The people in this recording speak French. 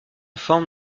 forme